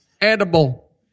Edible